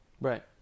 Right